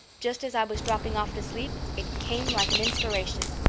just as i was dropping off to sleep, it came like an inspiration.